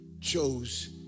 chose